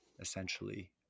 essentially